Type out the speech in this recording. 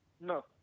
No